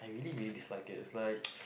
I really really dislike it it's like